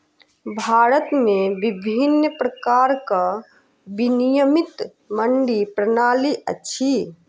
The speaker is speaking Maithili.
भारत में विभिन्न प्रकारक विनियमित मंडी प्रणाली अछि